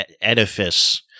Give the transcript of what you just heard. edifice